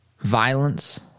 violence